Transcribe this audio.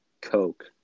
Coke